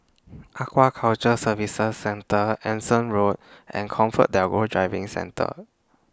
Aquaculture Services Centre Anson Road and ComfortDelGro Driving Centre